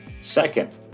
Second